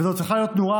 וזו צריכה להיות נורה,